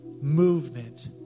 movement